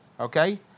okay